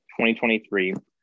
2023